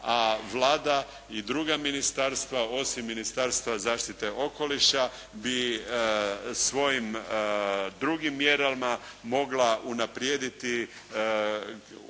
a Vlada i druga ministarstva osim Ministarstva zaštite okoliša bi svojim drugim mjerama mogla unaprijediti